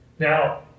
Now